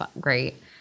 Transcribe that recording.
great